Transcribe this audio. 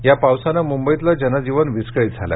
या पावसानं मुंबईतील जनजीवन विस्कळीत झालं